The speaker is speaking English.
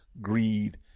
greed